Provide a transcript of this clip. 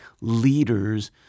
leaders